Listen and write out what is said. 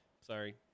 Sorry